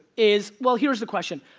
is well, here's a question.